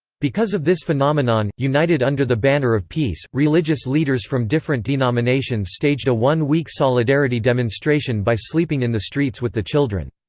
because of this phenomenon, united under the banner of peace, religious leaders from different denominations staged a one-week solidarity demonstration by sleeping in the streets with the children.